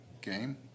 game